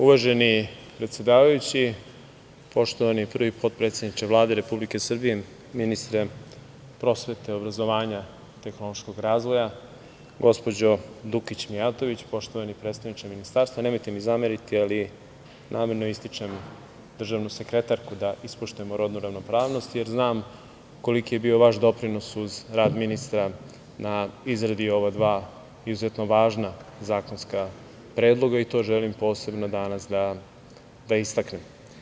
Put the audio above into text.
Uvaženi predsedavajući, poštovani prvi potpredsedniče Vlade Republike Srbije, ministre prosvete obrazovanja, tehnološkog razvoja, gospođo Dukić Mijatović, poštovani predstavniče Ministarstva, nemojte mi zameriti, ali namerno ističem državnu sekretarku da ispoštujemo rodnu ravnopravnost, jer znam koliki je bio vaš doprinos uz rad ministra na izradi ova dva izuzetno važna zakonska predloga i to želim posebno danas da istaknem.